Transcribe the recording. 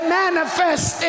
manifest